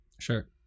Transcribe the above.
sure